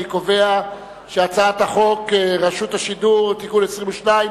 אני קובע שהצעת החוק רשות השידור (תיקון מס' 22)